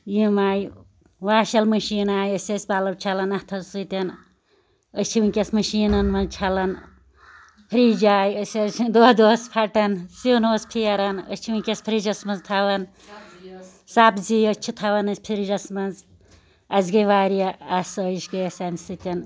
یم آیہِ واشل مشیٖن آیہِ اَسہِ ٲسۍ پَلَو چھَلان اَتھَو سۭتٮ۪ن أسۍ چھِ وُنکٮ۪س مشیٖنن مَنٛز چھَلان فرٛج آیہِ أسۍ ٲسۍ نہٕ دۄد اوس پھَٹان سیُن اوس پھیران أسۍ چھِ وُنکٮ۪س فرٛجَس مَنٛز تھاوان سبزی حظ چھِ تھاوان أسۍ فرٛجَس مَنٛز اَسہِ گٔے واریاہ آسٲیِش گٔے اَسہِ اَمہِ سۭتٮ۪ن